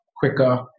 quicker